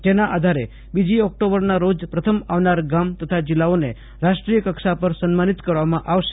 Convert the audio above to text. જેના આધારે બીજી ઓકટોબરના રોજ પ્રથમ આવનાર ગામ તથા જિલ્લાઓને રાષ્ટ્રીચકક્ષા પર સન્માબિત કરવામાં આવશે